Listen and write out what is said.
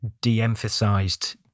de-emphasized